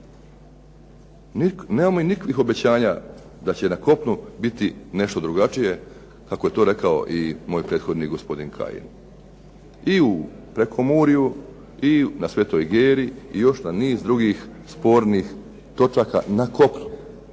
Nemamo nikakvih obećanja da će na kopnu nešto biti drugačije kako je to rekao moj prethodnik gospodin Kajin. I u prekomurju i na Svetoj Geri i još na niz drugih spornih točaka na kopnu.